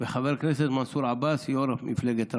וחבר הכנסת מסעוד עבאס, יו"ר מפלגת רע"מ.